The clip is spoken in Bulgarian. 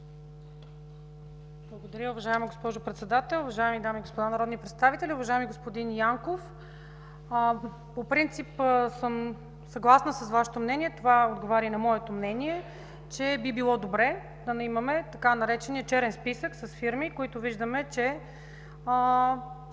Благодаря, уважаема госпожо Председател. Уважаеми дами и господа народни представители, уважаеми господин Янков, по принцип съм съгласна с Вашето мнение, това отговаря и на моето мнение – би било добре да имаме така наречения „черен списък” с фирми, за които, виждаме, че